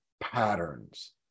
patterns